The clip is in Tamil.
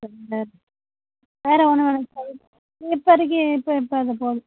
வேற வேற ஒன்று வேணாம் சார் இப்போத்திக்கி இப்போ இப்போ அது போதும்